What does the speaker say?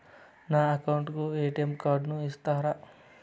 నా అకౌంట్ కు ఎ.టి.ఎం కార్డును ఇస్తారా